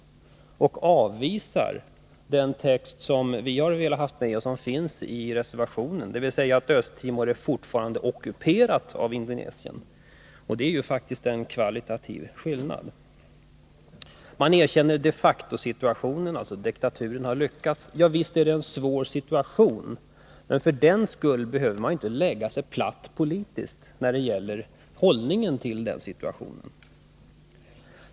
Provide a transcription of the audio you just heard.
Utskottsmajoriteten har avvisat den text som vi har velat ha med och som finns i reservationen, dvs. att Östtimor är ockuperat av Indonesien. Det är ju faktiskt en kvalitativ skillnad. Man erkänner de facto-situationen — diktaturen har lyckats. Ja, visst är det en svår situation, men för den skull behöver man inte lägga sig platt politiskt när det gäller hållningen till den situationen.